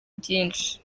byinshi